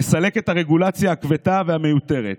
נסלק את הרגולציה הכבדה והמיותרת,